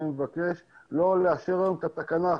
אני מבקש לא לאשר היום את התקנות.